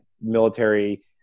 military